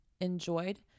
enjoyed